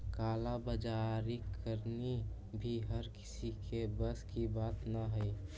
काला बाजारी करनी भी हर किसी के बस की बात न हई